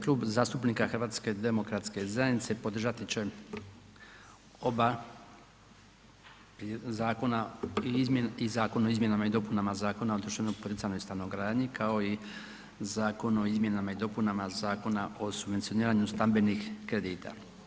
Klub zastupnika HDZ-a podržati će oba zakona i zakon o izmjenama i dopunama Zakona o društveno poticajnoj stanogradnji kao i zakon o izmjenama i dopunama Zakona o subvencioniranju stambenih kredita.